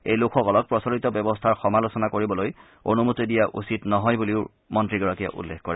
এই লোকসকলক প্ৰচলিত ব্যৱস্থাৰ সমালোচনা কৰিবলৈ অনুমতি দিয়া উচিত নহয় বুলিও মন্ত্ৰীগৰাকীয়ে উল্লেখ কৰে